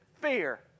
fear